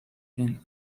been